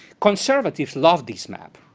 conservatives love this map.